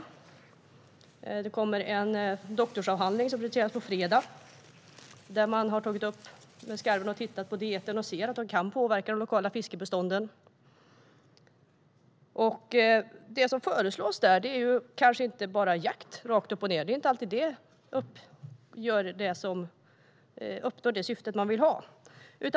På fredag presenteras en doktorsavhandling där man har tagit upp skarven. Man har tittat på dieten och sett att de lokala fiskebestånden kan påverkas. Det som föreslås är kanske inte bara jakt rakt upp och ned. Det är inte alltid som det uppnår det syfte man vill ha.